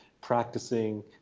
practicing